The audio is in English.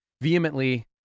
vehemently